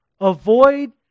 Avoid